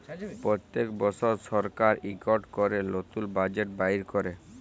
প্যত্তেক বসর সরকার ইকট ক্যরে লতুল বাজেট বাইর ক্যরে